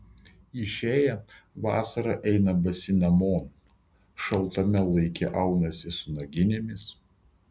išėję vasarą eina basi namon šaltame laike aunasi su naginėmis